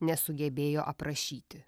nesugebėjo aprašyti